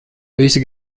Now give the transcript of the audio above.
visi